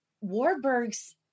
Warburg's